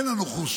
אין לנו חופשה,